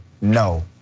no